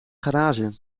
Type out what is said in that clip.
garage